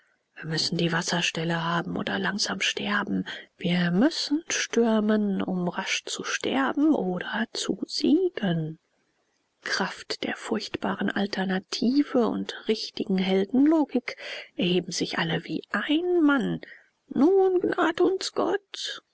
wir müssen die wasserstelle haben oder langsam sterben wir müssen stürmen um rasch zu sterben oder zu siegen kraft der furchtbaren alternative und richtigen heldenlogik erheben sich alle wie ein mann nun gnad uns gott